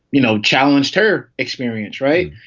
you know, challenged her experience. right.